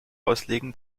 auslegen